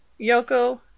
Yoko